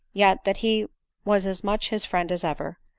yet that he was as much his friend as ever.